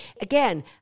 Again